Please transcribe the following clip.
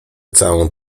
całą